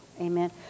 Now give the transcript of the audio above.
amen